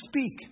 speak